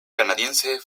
canadiense